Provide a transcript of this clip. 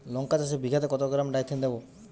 লঙ্কা চাষে বিঘাতে কত গ্রাম ডাইথেন দেবো?